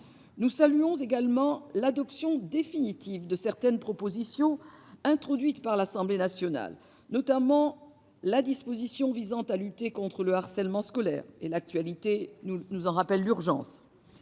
Nous saluons également l'adoption définitive de certaines propositions introduites par l'Assemblée nationale, notamment la disposition visant à lutter contre le harcèlement scolaire, dont l'actualité nous en rappelle l'urgence